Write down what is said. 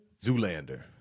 Zoolander